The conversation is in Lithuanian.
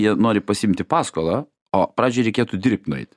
jie nori pasiimti paskolą o pradžiai reikėtų dirbt nueiti